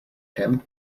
him